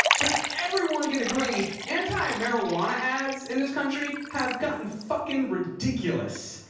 but everyone can agree anti marijuana ads in this country have gotten fuckin' ridiculous.